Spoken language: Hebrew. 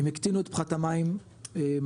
הם הקטינו את צריכת המים משמעותית,